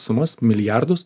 sumas milijardus